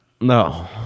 No